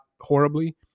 horribly